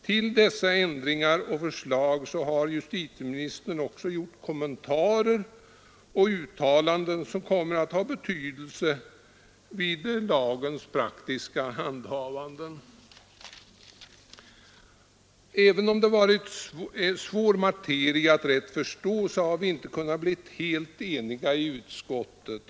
Till dessa ändringar och förslag har justitieministern också gjort kommentarer, och hans uttalanden kommer att ha betydelse vid lagens praktiska handhavande. Även om det varit en svår materia att rätt förstå, har vi inte kunnat bli helt eniga i utskottet.